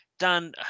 Dan